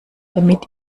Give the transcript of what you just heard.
damit